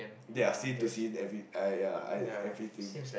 there are scene to scene every I ya I everything